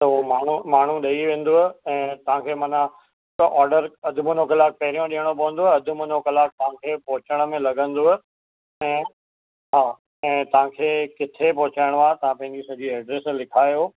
त उहो माण्हू माण्हू ॾेई वेंदव ऐं तव्हांखे मना ऑडर अधु मुनो कलाकु पहिरियों ॾियणो पवंदो अधु मुनो कलाकु तव्हांखे पहुचण में लॻंदव ऐं हा ऐं तव्हांखे किथे पहुचाइणो आहे त पंहिंजी सॼी एड्रेस लिखायो